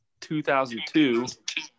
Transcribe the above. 2002